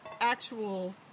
actual